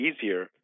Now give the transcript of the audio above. easier